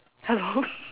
hello